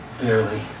Barely